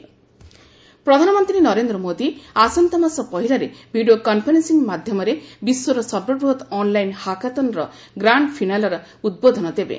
PM hackathon ପ୍ରଧାନମନ୍ତ୍ରୀ ନରେନ୍ଦ୍ର ମୋଦି ଆସନ୍ତା ମାସ ପହିଲାରେ ଭିଡ଼ିଓ କନ୍ଫରେନ୍ଦିଂ ମାଧ୍ୟରେ ବିଶ୍ୱର ସର୍ବବୃହତ୍ ଅନ୍ଲାଇନ୍ ହାକାଥନ୍ର ଗ୍ରାଣ୍ଡ୍ ଫିନାଲେରେ ଉଦ୍ବୋଧନ ଦେବେ